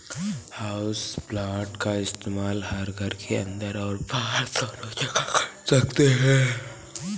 houseplant का इस्तेमाल हम घर के अंदर और बाहर दोनों जगह कर सकते हैं